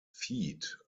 feet